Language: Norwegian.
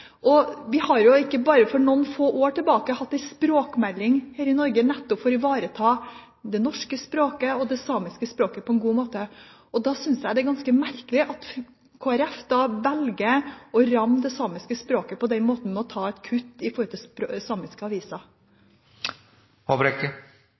Bare for noen få år tilbake behandlet vi en språkmelding her i Norge nettopp for å ivareta det norske og det samiske språket på en god måte. Da synes jeg det er ganske merkelig at Kristelig Folkeparti velger å ramme det samiske språket på denne måten, med et kutt til samiske aviser. Jeg hører hva representanten Gjul sier. Når det gjelder den språkmeldingen hun refererte til,